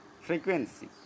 frequency